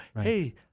Hey